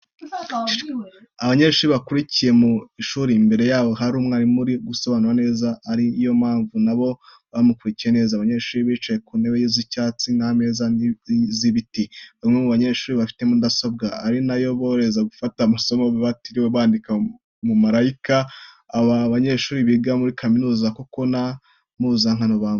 Abanyeshuri bakurikiye mu ishuri, imbere yabo hari umwarimu uri kubasobanurira neza ari na yo mpamvu na bo bamukurikiye neza. Abanyeshuri bicaye ku ntebe z'icyatsi n'imeza z'ibiti. Bamwe mu banyeshuri bafite mudasobwa, ari na yo iborohereza gufata amasomo batiriwe bandika mu makayi. Aba banyeshuri biga muri kaminuza kuko nta mpuzankano bambaye.